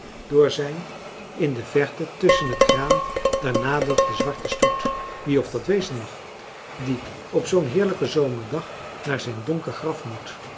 door zijn in de verte tusschen het graan daar nadert de zwarte stoet wie of dat wezen mag die op zoo'n heerlijken zomerdag naar zijn donker graf moet